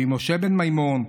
רבי משה בן מימון,